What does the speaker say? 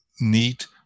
neat